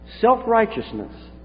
Self-righteousness